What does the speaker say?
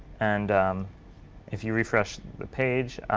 and if you refresh the page,